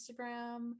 Instagram